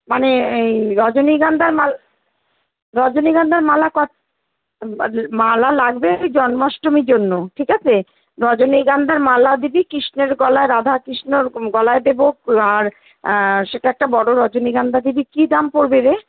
মানে এই রজনীগন্ধার মাল রজনীগন্ধার মালা কত মালা লাগবে ঐ জন্মাষ্টমীর জন্য ঠিক আছে রজনীগন্ধার মালা দিবি কৃষ্ণের গলায় রাধা কৃষ্ণর গলায় দেবো আর সেটা একটা বড় রজনীগন্ধা দিবি কী দাম পড়বে রে